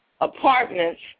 Apartments